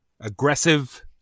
aggressive